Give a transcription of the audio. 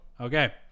Okay